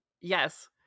Yes